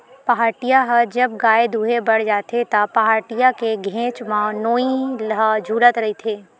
पहाटिया ह जब गाय दुहें बर आथे त, पहाटिया के घेंच म नोई ह छूलत रहिथे